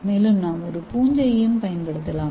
மேலும் நாம் ஒரு பூஞ்சையையும் பயன்படுத்தலாம்